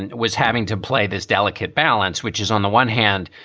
and was having to play this delicate balance, which is on the one hand,